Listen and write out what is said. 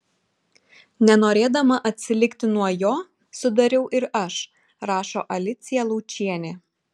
nenorėdama atsilikti nuo jo sudariau ir aš rašo alicija laučienė